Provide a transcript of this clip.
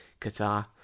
Qatar